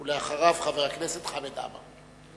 ואחריו, חבר הכנסת חמד עמאר.